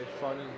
funny